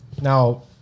now